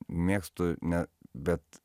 mėgstu ne bet